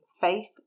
Faith